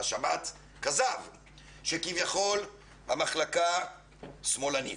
באשמה שכביכול המחלקה שמאלנית.